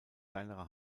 kleinere